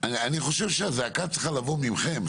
אני חושב שהזעקה צריכה לבוא ממכם.